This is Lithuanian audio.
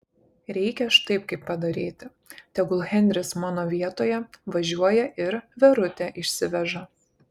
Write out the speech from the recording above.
reikia štai kaip padaryti tegul henris mano vietoje važiuoja ir verutę išsiveža